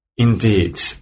Indeed